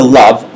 love